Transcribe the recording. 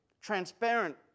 transparent